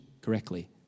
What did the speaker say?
correctly